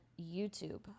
YouTube